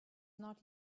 not